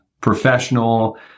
professional